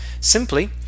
Simply